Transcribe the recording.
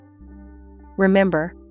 Remember